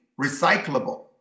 recyclable